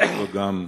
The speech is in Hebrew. וכבודו גם השיב.